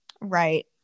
Right